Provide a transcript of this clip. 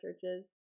churches